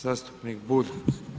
Zastupnik Bulj.